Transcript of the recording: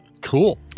cool